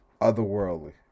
otherworldly